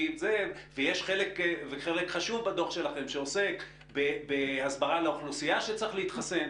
ויש חלק חשוב בדוח שלכם שעוסק בהסברה לאוכלוסייה שצריך להתחסן,